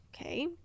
Okay